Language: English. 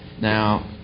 Now